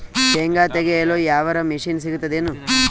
ಶೇಂಗಾ ತೆಗೆಯಲು ಯಾವರ ಮಷಿನ್ ಸಿಗತೆದೇನು?